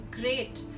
great